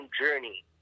journey